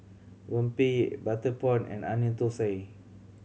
rempeyek butter prawn and Onion Thosai